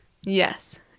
Yes